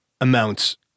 amounts